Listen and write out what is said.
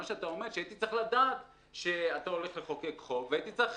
אתה אומר בעצם שהייתי צריך לדעת שאתה הולך לחוקק חוק והייתי צריך